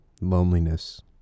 Loneliness